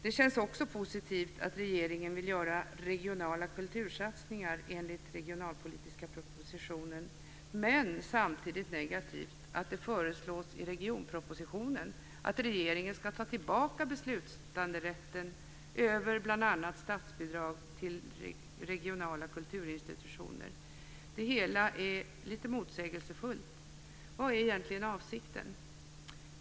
Det känns också positivt att regeringen vill göra regionala kultursatsningar enligt den regionalpolitiska propositionen. Samtidigt är det negativt att det i regionpropositionen föreslås att regeringen ska ta tillbaka beslutanderätten över bl.a. statsbidrag till regionala kulturinstitutioner. Det hela är lite motsägelsefullt. Vad är egentligen avsikten?